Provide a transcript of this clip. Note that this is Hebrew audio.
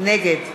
נגד